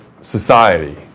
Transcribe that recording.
society